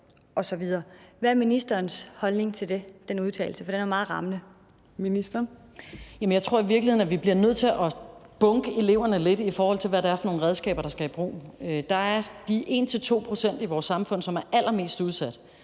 undervisningsministeren (Pernille Rosenkrantz-Theil): Jamen jeg tror i virkeligheden, at vi bliver nødt til at bunke eleverne lidt i forhold til, hvad det er for nogle redskaber, der skal i brug. Der er en de 1-2 pct. i vores samfund, som er allermest udsatte,